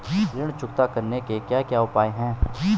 ऋण चुकता करने के क्या क्या उपाय हैं?